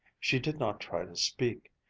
she did not try to speak.